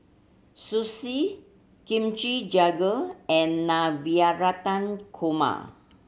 Sushi Kimchi Jjigae and Korma